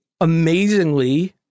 amazingly